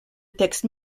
texte